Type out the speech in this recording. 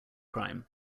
crime